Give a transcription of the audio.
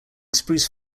spruce